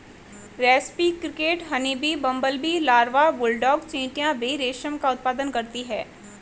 रेस्पी cricket, honeybee, bumblebee larva, bulldog चींटियां भी रेशम का उत्पादन करती हैं